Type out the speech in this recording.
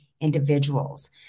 individuals